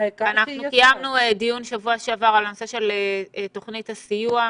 קיימנו דיון שבוע שעבר על נושא תוכנית הסיוע,